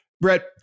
Brett